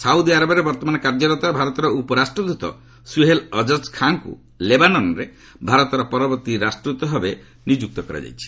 ସାଉଦିଆରବରେ ବର୍ତ୍ତମାନ କାର୍ଯ୍ୟରତ ଭାରତର ଉପରାଷ୍ଟ୍ରଦୂତ ସୁହେଲ୍ ଅଜ୍ଜଜ ଖାଁଙ୍କୁ ଲେବାନନରେ ଭାରତର ପରବର୍ତ୍ତୀ ରାଷ୍ଟଦ୍ତ ଭାବେ ନିଯୁକ୍ତ କରାଯାଇଛି